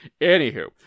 anywho